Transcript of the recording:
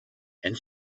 and